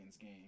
game